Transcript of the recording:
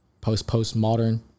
post-postmodern